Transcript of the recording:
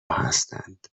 هستند